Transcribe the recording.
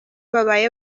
babaye